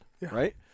Right